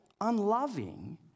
unloving